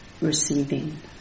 receiving